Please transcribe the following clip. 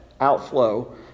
outflow